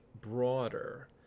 broader